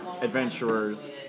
adventurers